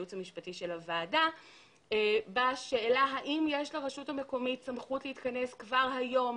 הייעוץ המשפטי של הוועדה בשאלה האם יש לרשות המקומית סמכות להתכנס כבר היום